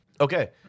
okay